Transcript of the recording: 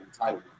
entitlement